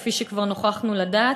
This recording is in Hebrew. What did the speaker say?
כפי שכבר נוכחנו לדעת,